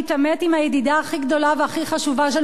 הכי גדולה והכי חשובה של מדינת ישראל,